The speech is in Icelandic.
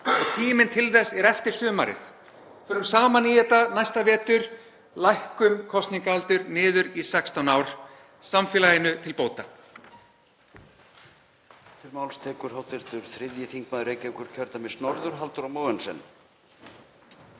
Tíminn til þess er eftir sumarið. Förum saman í þetta næsta vetur; lækkum kosningaaldur niður í 16 ár, samfélaginu til bóta.